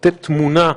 שייתן תמונה מהימנה,